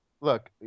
Look